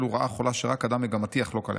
הוא רעה חולה שרק אדם מגמתי יחלוק עליה.